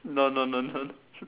no no no don't